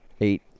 eight